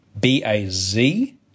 B-A-Z